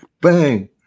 Bang